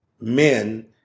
men